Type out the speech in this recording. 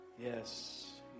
Yes